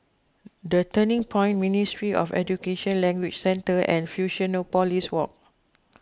the Turning Point Ministry of Education Language Centre and Fusionopolis Walk